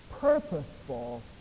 purposeful